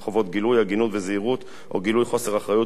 הגינות וזהירות או גילוי חוסר אחריות או רשלנות